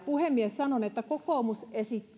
puhemies sanon että kokoomus